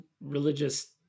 religious